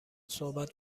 صحبت